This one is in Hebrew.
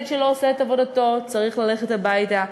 צריך ללכת הביתה.